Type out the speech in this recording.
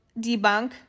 debunk